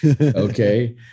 Okay